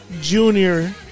junior